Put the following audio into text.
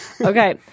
Okay